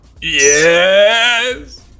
yes